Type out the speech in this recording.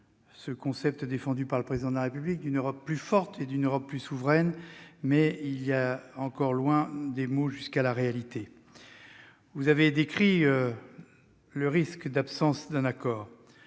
au concept défendu par le Président de la République d'une Europe plus forte et plus souveraine, mais il y a encore loin des mots à la réalité. Vous avez décrit le risque d'absence d'un accord.